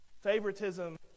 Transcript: favoritism